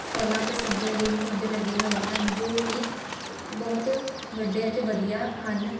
ਫ਼ਲਾਂ ਅਤੇ ਸਬਜ਼ੀਆਂ ਦੇ ਪੌਦੇ ਵੀ ਲੱਗੇ ਹੋਏ ਹਨ ਜੋ ਕਿ ਬਹੁਤ ਵੱਡੇ ਅਤੇ ਵਧੀਆ ਹਨ